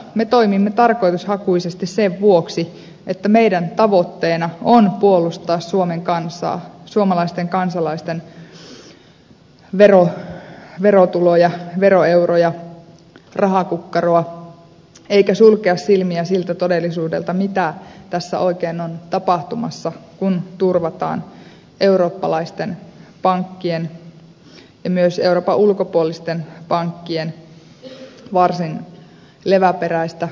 me toimimme tarkoitushakuisesti sen vuoksi että meidän tavoitteenamme on puolustaa suomen kansaa suomalaisten kansalaisten verotuloja veroeuroja rahakukkaroa eikä sulkea silmiä siltä todellisuudelta mitä tässä oikein on tapahtumassa kun turvataan eurooppalaisten pankkien ja myös euroopan ulkopuolisten pankkien varsin leväperäistä toimintaa